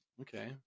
Okay